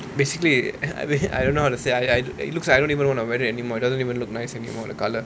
basically I mean I don't know how to say I I it looks I don't even want to wear it anymore it doesn't even look nice anymore the colour